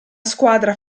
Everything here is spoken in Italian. squadra